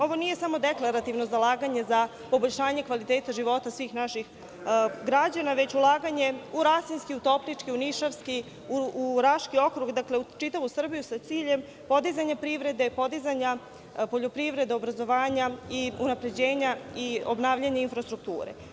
Ovo nije samo deklarativno zalaganje za poboljšanje kvaliteta života svih naših građana, već ulaganje u Rasinski, u Toplički, u Nišavski, u Raški okrug, dakle, u čitavu Srbiju sa ciljem podizanja privrede, podizanja poljoprivrede, obrazovanja i unapređenja i obnavljanja infrastrukture.